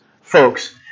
folks